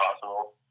possible